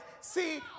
see